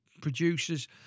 producers